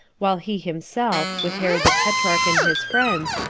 while he himself, with herod the tetrarch and his friends,